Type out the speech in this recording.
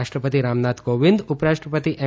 રાષ્ટ્રપતિ રામનાથ કોવિદ ઉપરાષ્ટ્રપતિ એમ